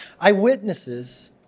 Eyewitnesses